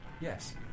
yes